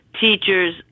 teachers